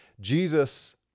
Jesus